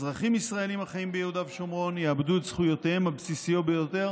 אזרחים ישראלים החיים ביהודה ושומרון יאבדו את זכויותיהם הבסיסיות ביותר